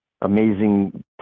amazing